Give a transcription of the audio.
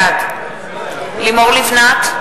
בעד לימור לבנת,